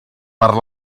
per